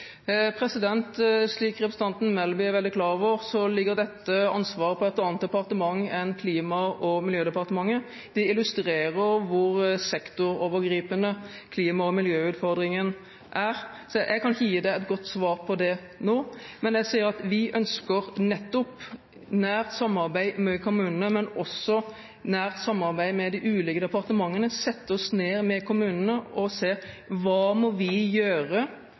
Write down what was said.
Slik representanten Melby er veldig klar over, ligger dette ansvaret i et annet departement enn Klima- og miljødepartementet. Det illustrerer hvor sektorovergripende klima- og miljøutfordringen er. Jeg kan ikke gi representanten et godt svar på det nå, men jeg sier at vi ønsker et nært samarbeid med kommunene, men også et nært samarbeid med de ulike departementene. Vi ønsker å sette oss ned med kommunene for å se på hva vi må gjøre